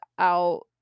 out